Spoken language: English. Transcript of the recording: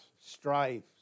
strife